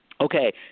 Okay